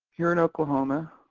here in oklahoma,